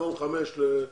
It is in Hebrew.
במקום 5 ל-3,